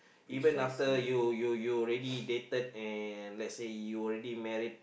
even after you you you already dated and let say you already married